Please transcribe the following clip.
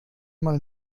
man